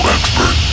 Expert